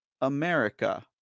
America